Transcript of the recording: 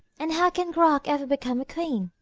and how can gruach ever become a queen?